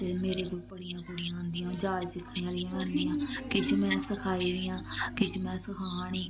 ते मेरे कोल बड़ियां कुड़ियां आंदियां जाच सिक्खने आह्लियां आंदियां किश में सखाई दियां किश में सखा नी